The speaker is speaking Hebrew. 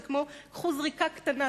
זה כמו: קחו זריקה קטנה.